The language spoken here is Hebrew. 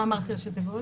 מה אמרתי בראשי תיבות?